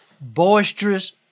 boisterous